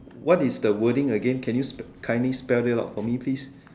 what is the wording again can you spell kindly spell it out for me please